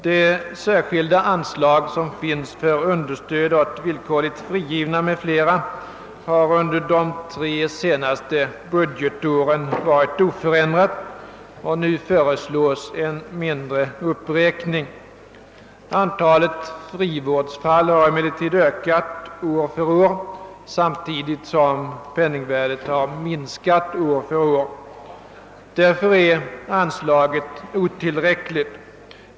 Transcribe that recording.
Det särskilda anslag som finns för understöd åt villkorligt frigivna m.fl. har under de tre senaste budgetåren varit oförändrat, och nu föreslås en mindre uppräkning. Antalet frivårdsfall har emellertid ökat år för år samtidigt som penningvärdet har minskat. Därför är anslaget otillräck ligt.